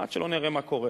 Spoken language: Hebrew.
עד שלא נראה מה קורה